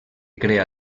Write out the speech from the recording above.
crea